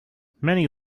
many